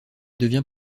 devient